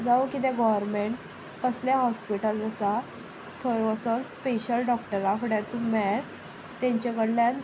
जावं कितें गोवरमेंट कसले हॉस्पिटल् आसा थंय वसोन स्पेशल डॉक्टरा फुडें तूं मेळ तेंचे कडल्यान